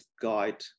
guide